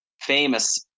famous